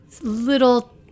little